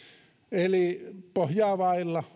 eli pohjaa vailla